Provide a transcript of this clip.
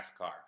NASCAR